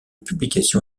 publication